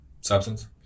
substance